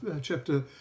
chapter